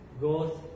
goes